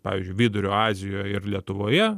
pavyzdžiui vidurio azijoj ir lietuvoje